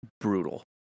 brutal